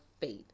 faith